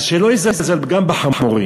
אז שלא יזלזל גם בחמורים.